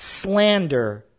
slander